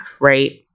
right